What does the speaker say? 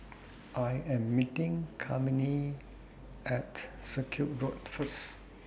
I Am meeting Kymani At Circuit Road First